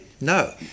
No